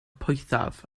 poethaf